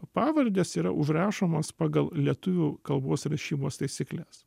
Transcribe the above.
pavardės yra užrašomos pagal lietuvių kalbos rašybos taisykles